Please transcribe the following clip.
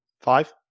Five